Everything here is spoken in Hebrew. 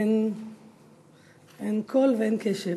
אין קול ואין קשב.